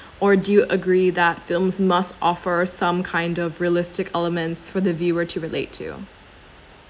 or do you agree that films must offer some kind of realistic elements for the viewer to relate to